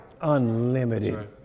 Unlimited